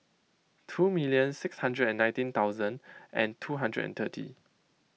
two million six hundred and nineteen thousand and two hundred and thirty